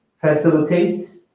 facilitate